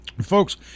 folks